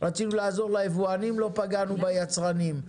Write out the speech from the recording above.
רצינו לעזור ליבואנים, לא פגענו ביצרנים.